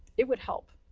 it would help.